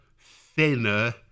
thinner